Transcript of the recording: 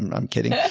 and i'm kidding. yeah